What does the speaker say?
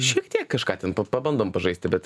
šiek tiek kažką ten pabandom pažaisti bet